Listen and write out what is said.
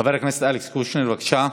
חבר הכנסת אלכס קושניר, בבקשה.